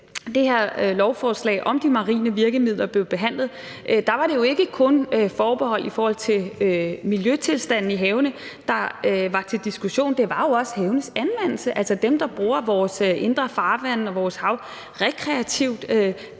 det her lovforslag om de marine virkemidler blev behandlet, var det ikke kun forbehold i forhold til miljøtilstanden i havene, der var til diskussion. Det var jo også havenes anvendelse. Altså, i forhold til dem, der bruger vores indre farvande og vores hav rekreativt,